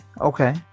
okay